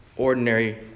ordinary